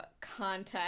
content